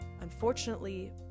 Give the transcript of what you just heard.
Unfortunately